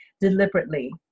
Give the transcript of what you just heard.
deliberately